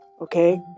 Okay